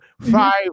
five